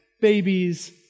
babies